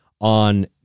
on